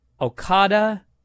Okada